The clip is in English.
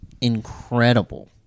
incredible